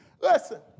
Listen